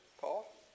Paul